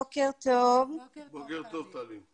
התוכניות הן תוכניות ללימודי תעודה והן תמשכנה להתקיים עם או בלי מרכז